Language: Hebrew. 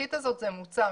השקית הזו היא מוצר,